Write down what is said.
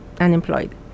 unemployed